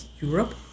Europe